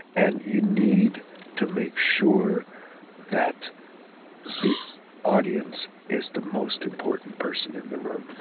and you need to make sure that the audience is the most important person in the room,